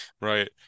right